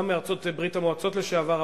גם מארצות ברית-המועצות לשעבר,